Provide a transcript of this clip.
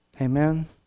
Amen